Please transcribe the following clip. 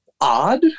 odd